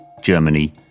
Germany